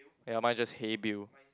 ya mine is just hey Bill